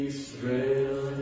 Israel